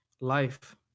life